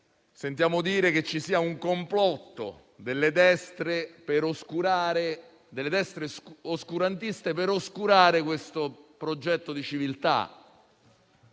legge dire che c'è un complotto delle destre oscurantiste per oscurare tale progetto di civiltà.